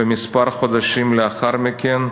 וכמה חודשים לאחר מכן,